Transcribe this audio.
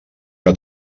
que